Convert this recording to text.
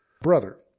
brother